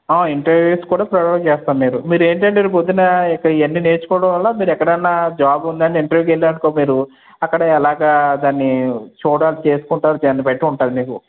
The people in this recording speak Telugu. ఆ ఇంటర్వ్యూస్ కూడా ప్రొవైడ్ చేస్తాము మీరు మీరు ఏంటంటే రేపు పొద్దున ఇవి అన్నీ నేర్చుకోవడం వల్ల మీరు ఎక్కడ అయినా జాబ్ ఉంది అని ఇంటర్వ్యూకి వెళ్ళారు అనుకో మీరు అక్కడ ఎలాగ దాన్ని చూడాలి చేసుకుంటారు దాన్నిబట్టి ఉంటుంది మీకు